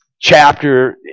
chapter